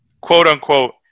quote-unquote